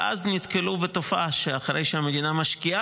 ואז נתקלנו בתופעה: אחרי שהמדינה משקיעה